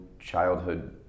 childhood